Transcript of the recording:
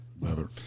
Leather